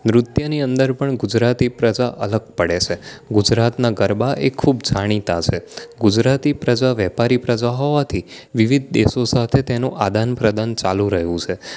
નૃત્યની અંદર પણ ગુજરાતી પ્રજા અલગ પડે છે ગુજરાતના ગરબા એ ખૂબ જાણીતા છે ગુજરાતી પ્રજા વેપારી પ્રજા હોવાથી વિવિધ દેશો સાથે તેનું આદાન પ્રદાન ચાલુ રહ્યું છે